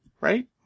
Right